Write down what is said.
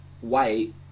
white